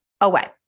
away